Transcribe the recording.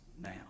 now